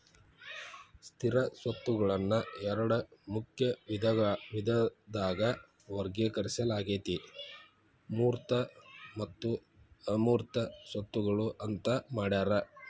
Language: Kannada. ಸ್ಥಿರ ಸ್ವತ್ತುಗಳನ್ನ ಎರಡ ಮುಖ್ಯ ವಿಧದಾಗ ವರ್ಗೇಕರಿಸಲಾಗೇತಿ ಮೂರ್ತ ಮತ್ತು ಅಮೂರ್ತ ಸ್ವತ್ತುಗಳು ಅಂತ್ ಮಾಡ್ಯಾರ